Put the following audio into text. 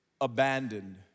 abandoned